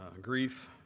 grief